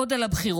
עוד על הבחירות.